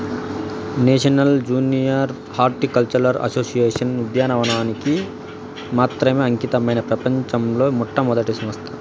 national Junior Horticultural Association ఉద్యానవనానికి మాత్రమే అంకితమైన ప్రపంచంలో మొట్టమొదటి సంస్థ